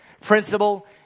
principle